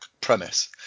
premise